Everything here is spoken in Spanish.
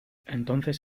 entonces